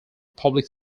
public